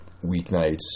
weeknights